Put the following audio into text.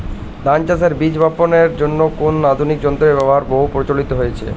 ধান চাষের বীজ বাপনের জন্য কোন আধুনিক যন্ত্রের ব্যাবহার বহু প্রচলিত হয়েছে?